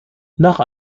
nach